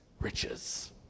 riches